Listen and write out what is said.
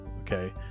Okay